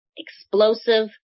explosive